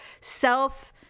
self-